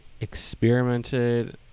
experimented